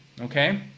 Okay